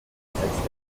übersetzt